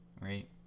right